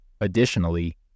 Additionally